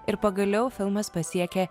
ir pagaliau filmas pasiekė